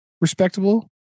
respectable